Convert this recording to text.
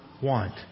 want